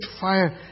fire